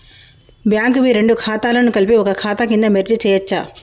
Bank వి రెండు ఖాతాలను కలిపి ఒక ఖాతా కింద మెర్జ్ చేయచ్చా?